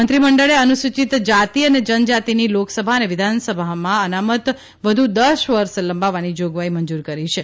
મંત્રીમંડળે અનુસૂચિત જાતિ અને જનજાતિની લોકસભા અને વિધાનસભામાંમ અનામત વધુ દસ વર્ષ લંબાવવાની જોગવાઇ મંજૂરી કરી છે